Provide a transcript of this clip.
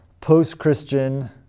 post-Christian